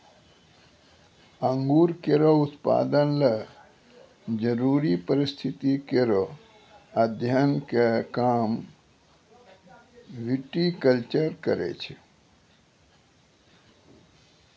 अंगूर केरो उत्पादन ल जरूरी परिस्थिति केरो अध्ययन क काम विटिकलचर करै छै